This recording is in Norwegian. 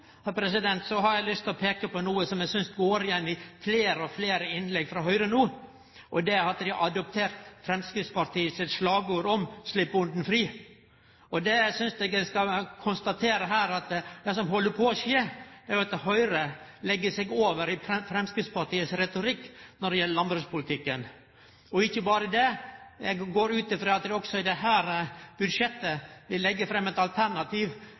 har eg lyst til å peike på noko eg synest går igjen i fleire og fleire innlegg frå Høgre no. Det er at dei har adoptert Framstegspartiets slagord om å sleppe bonden fri. Vi kan konstatere her at det som held på å skje, er at Høgre legg seg over på Framstegspartiets retorikk når det gjeld landbrukspolitikken. Ikkje berre det, eg går ut frå at i dette budsjettet legg dei fram eit alternativ